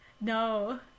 No